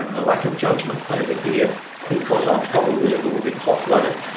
a lack of judgment over here because i'm probably a little bit hot-blooded.